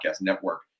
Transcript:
Network